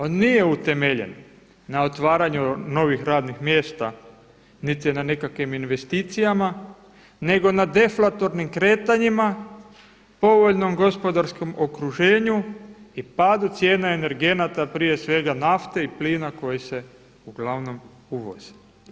On nije utemeljen na otvaranju novih radnih mjesta niti na nekakvim investicijama nego na deflatornim kretanjima, povoljnom gospodarskom okruženju i padu cijene energenata prije svega nafte i plina koji se uglavnom uvozi.